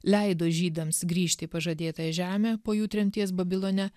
leido žydams grįžti į pažadėtąją žemę po jų tremties babilone